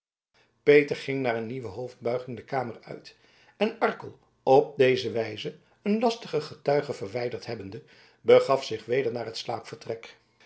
peter ging na een nieuwe hoofdbuiging de kamer uit en arkel op deze wijze een lastigen getuige verwijderd hebbende begaf zich weder naar het